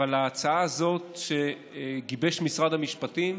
אבל ההצעה הזאת שגיבש משרד המשפטים